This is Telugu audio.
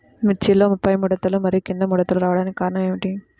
మిర్చిలో పైముడతలు మరియు క్రింది ముడతలు రావడానికి కారణం ఏమిటి?